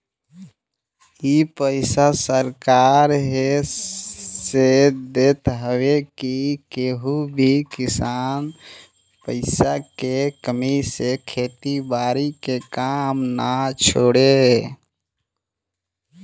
इ पईसा सरकार एह से देत हवे की केहू भी किसान पईसा के कमी से खेती बारी के काम ना छोड़े